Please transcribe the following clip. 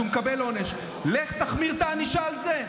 הוא מקבל עונש, לך תחמיר את הענישה על זה.